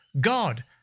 God